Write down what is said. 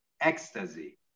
ecstasy